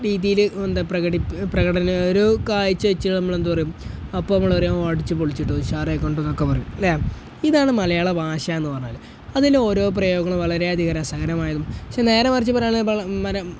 രീതിയില് എന്താണ് ഒരു കാഴ്ചവെച്ചാല് നമ്മളെന്ത് പറയും അപ്പോള് നമ്മള് പറയും അവന് അടിച്ചുപൊളിച്ചു കേട്ടോ ഉഷാറായിയെന്നൊക്കെ പറയും അല്ലേ ഇതാണ് മലയാളഭാഷയെന്ന് പറഞ്ഞാല് അതിലെ ഓരോ പ്രയോഗങ്ങളും വളരെയധികം രസകരമായതും പക്ഷേ നേരെമറിച്ച് പറയുകയാണെന്നുണ്ടെങ്കില്